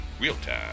real-time